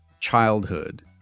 childhood